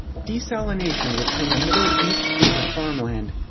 desalination would turn the middle east into farmland.